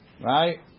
right